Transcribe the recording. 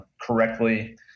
correctly